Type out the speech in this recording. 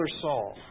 Saul